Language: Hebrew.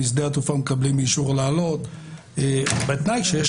בשדה התעופה מקבלים אישור לעלות בתנאי שיש